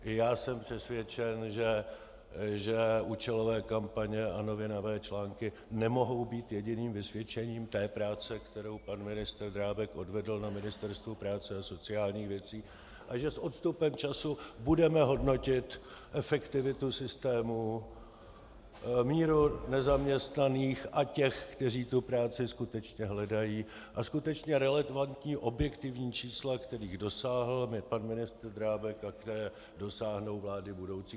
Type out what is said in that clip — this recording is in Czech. I já jsem přesvědčen, že účelové kampaně a novinové články nemohou být jediným vysvědčením práce, kterou pan ministr Drábek odvedl na Ministerstvu práce a sociálních věcí, a že s odstupem času budeme hodnotit efektivitu systému, míru nezaměstnaných a těch, kteří tu práci skutečně hledají, a skutečně relevantní objektivní čísla, kterých dosáhl pan ministr Drábek a kterých dosáhnou vlády budoucí.